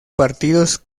partidos